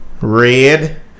red